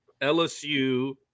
LSU